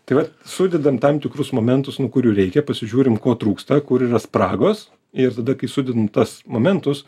tai vat sudedam tam tikrus momentus nu kurių reikia pasižiūrim ko trūksta kur yra spragos ir tada kai sudedam tas momentus